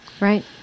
right